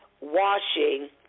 washing